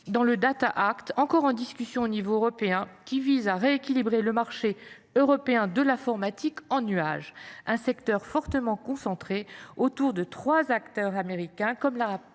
dans le, encore en discussion au niveau européen, qui visent à rééquilibrer le marché européen de l’informatique en nuage, un secteur fortement concentré autour de trois acteurs américains